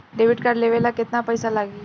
Debit card लेवे ला केतना पईसा लागी?